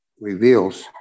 reveals